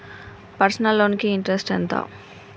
Personal loan కి interest ఎంత?